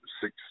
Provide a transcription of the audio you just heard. six